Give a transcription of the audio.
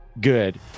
good